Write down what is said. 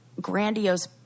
grandiose